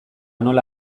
nola